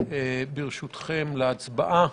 ברשותכם, להצבעה.